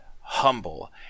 humble